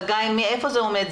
חגי, איפה זה עומד?